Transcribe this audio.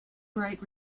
bright